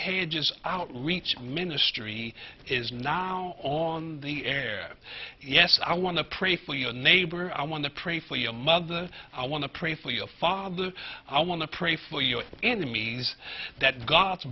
is out reach ministry is now on the air yes i want to pray for your neighbor i want to pray for your mother i want to pray for your father i want to pray for your enemies that god's